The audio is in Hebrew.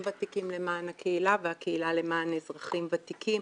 ותיקים למען הקהילה והקהילה למען אזרחים ותיקים,